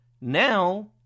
now